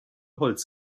holz